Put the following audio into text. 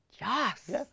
yes